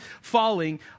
falling